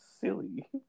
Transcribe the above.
silly